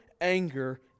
anger